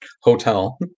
hotel